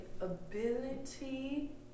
ability